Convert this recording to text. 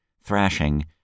thrashing